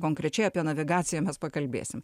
konkrečiai apie navigaciją mes pakalbėsim